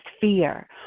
fear